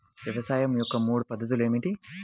వ్యవసాయం యొక్క మూడు పద్ధతులు ఏమిటి?